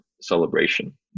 celebration